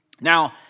Now